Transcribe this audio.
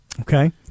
Okay